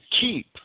keep